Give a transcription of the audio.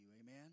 Amen